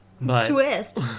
Twist